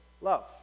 love